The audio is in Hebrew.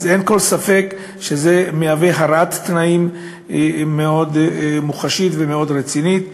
אז אין כל ספק שזה מהווה הרעת תנאים מאוד מוחשית ומאוד רצינית.